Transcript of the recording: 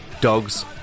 dogs